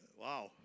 Wow